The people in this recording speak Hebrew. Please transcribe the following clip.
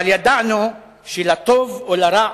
אבל ידענו שלטוב או לרע,